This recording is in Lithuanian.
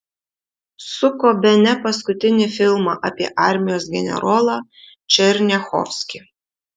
suko bene paskutinį filmą apie armijos generolą černiachovskį